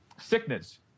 sickness